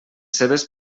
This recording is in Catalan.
seves